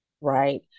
right